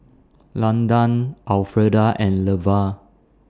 Landan Alfreda and Levar